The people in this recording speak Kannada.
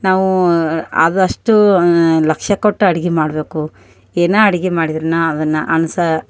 ನಾವೂ ಅದು ಅಷ್ಟೂ ಲಕ್ಷ ಕೊಟ್ಟು ಅಡುಗೆ ಮಾಡಬೇಕು ಏನು ಅಡ್ಗೆ ಮಾಡಿದ್ರೂ ಅದನ್ನು ಅನ್ಸೋ